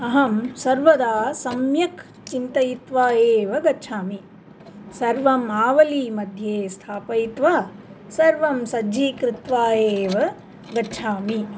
अहं सर्वदा सम्यक् चिन्तयित्वा एव गच्छामि सर्वम् आवलीमध्ये स्थापयित्वा सर्वं सज्जीकृत्वा एव गच्छामि